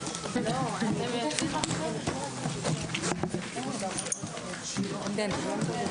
16:00.